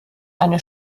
eine